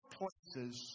places